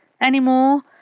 anymore